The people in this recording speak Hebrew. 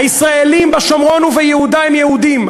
הישראלים בשומרון וביהודה הם יהודים.